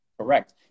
Correct